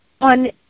on